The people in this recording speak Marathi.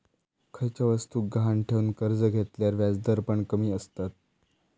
खयच्या वस्तुक गहाण ठेवन कर्ज घेतल्यार व्याजदर पण कमी आसतत